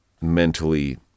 mentally